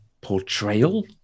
portrayal